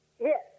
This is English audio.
Yes